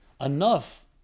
enough